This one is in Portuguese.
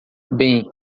bem